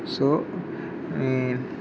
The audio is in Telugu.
సో ఈ